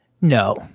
No